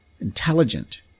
Intelligent